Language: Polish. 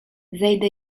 zejdę